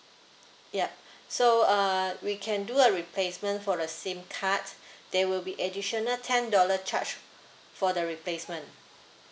yup so uh we can do a replacement for the SIM card there will be additional ten dollar charge for the replacement